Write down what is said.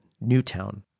Newtown